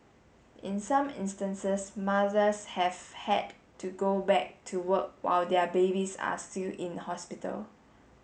in some instances mothers have had to go back to work while their babies are still in hospital